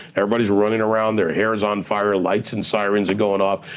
everybody's running around, their hair's on fire, lights and sirens are going off,